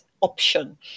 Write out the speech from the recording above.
option